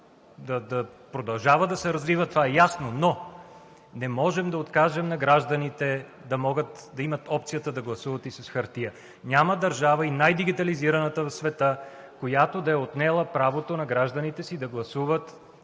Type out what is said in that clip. да продължава да се развива и това е ясно, но не можем да откажем на гражданите да имат опцията да гласуват и с хартия. Няма държава, дори най-дигитализираната в света, която да е отнела правото на гражданите си да гласуват